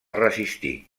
resistir